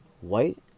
white